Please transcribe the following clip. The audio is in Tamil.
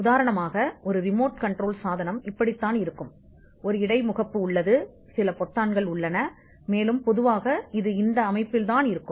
உதாரணமாக ரிமோட் கண்ட்ரோல் சாதனம் எப்படி இருக்கும் ஒரு இடைமுகம் உள்ளது சில பொத்தான்கள் உள்ளன மற்றும் பொதுவாக இது ஒரு நிலையான வடிவத்தில் இருக்கும்